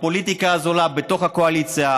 הפוליטיקה הזולה בתוך הקואליציה,